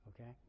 okay